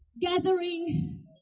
gathering